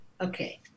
Okay